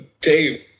dave